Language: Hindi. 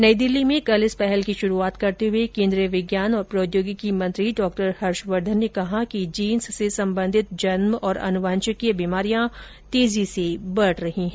नई दिल्ली में कल इस पहल की शुरूआत करते हुए केन्द्रीय विज्ञान और प्रौद्योगिकी मंत्री डॉक्टर हर्षवर्धन ने कहा कि जीनसे संबंधित जन्म और अनुवांशिकीय बीमारियां तेजी से बढ़ रही हैं